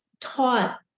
taught